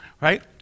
right